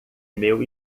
meu